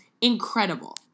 Incredible